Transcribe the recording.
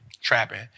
trapping